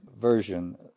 version